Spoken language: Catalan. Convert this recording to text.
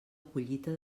collita